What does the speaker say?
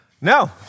no